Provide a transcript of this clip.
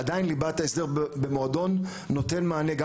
עדיין ליבת ההסדר במועדון נותן מענה גם